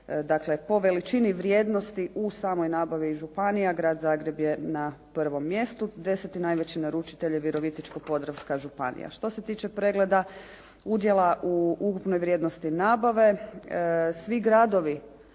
Dakle po veličini vrijednosti u samoj nabavi i županija, Grad Zagreb je na prvom mjestu. Deseti najveći naručitelj je Virovitičko-podravska županija. Što se tiče pregleda udjela u ukupnoj vrijednosti nabave, svi gradovi